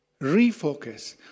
refocus